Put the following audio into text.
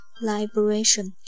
liberation